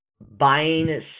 Buying